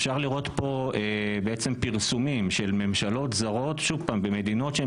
אפשר לראות פה בעצם פרסומים של ממשלות זרות במדינות שהן